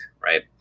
right